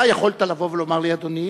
אתה יכולת לבוא ולומר לי: אדוני,